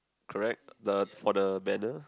correct the for the banner